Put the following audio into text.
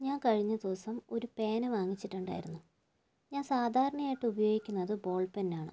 ഞാന് കഴിഞ്ഞ ദിവസം ഒരു പേന വാങ്ങിച്ചിട്ടുണ്ടായിരുന്നു ഞാന് സാധാരണയായിട്ടുപയോഗിക്കുന്നത് ബോള് പെന്നാണ്